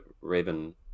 Raven